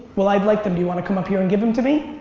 well i'd like them. do you wanna come up here and give them to me?